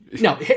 no